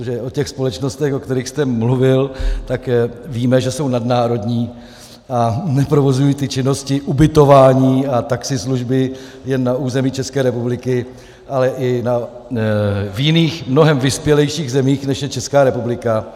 Protože o těch společnostech, o kterých jste mluvil, tak víme, že jsou nadnárodní a neprovozují ty činnosti ubytování a taxislužby jen na území České republiky, ale i v jiných, mnohem vyspělejších zemích, než je Česká republika.